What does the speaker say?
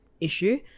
issue